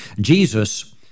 Jesus